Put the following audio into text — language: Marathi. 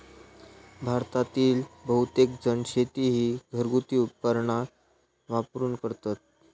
भारतातील बहुतेकजण शेती ही घरगुती उपकरणा वापरून करतत